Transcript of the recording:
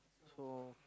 so